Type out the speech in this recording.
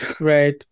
Right